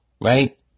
Right